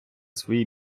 свої